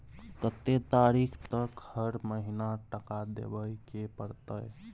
कत्ते तारीख तक हर महीना टका देबै के परतै?